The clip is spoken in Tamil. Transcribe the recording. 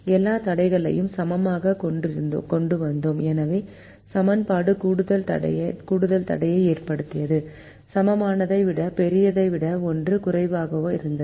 எல்லா தடைகளையும் சமமாகக் குறைவாகக் கொண்டுவந்தோம் எனவே சமன்பாடு கூடுதல் தடையை ஏற்படுத்தியது சமமானதை விட பெரியதை விட ஒன்று குறைவாக இருந்தது